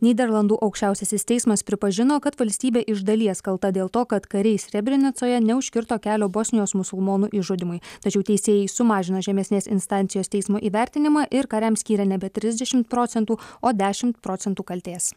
nyderlandų aukščiausiasis teismas pripažino kad valstybė iš dalies kalta dėl to kad kariai srebrenicoje neužkirto kelio bosnijos musulmonų išžudymui tačiau teisėjai sumažino žemesnės instancijos teismo įvertinimą ir kariams skyrė nebe trisdešim procentų o dešimt procentų kaltės